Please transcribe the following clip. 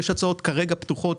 יש הצעות כרגע פתוחות,